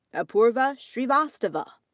apoorva shrivastava.